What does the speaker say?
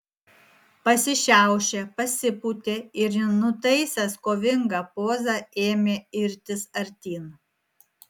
pasišiaušė pasipūtė ir nutaisęs kovingą pozą ėmė irtis artyn